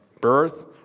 birth